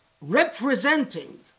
representing